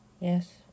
Yes